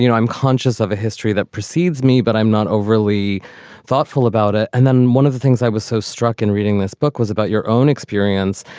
you know i'm conscious of a history that precedes me, but i'm not overly thoughtful about it. and then one of the things i was so struck in reading this book was about your own experience.